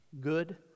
good